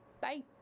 Bye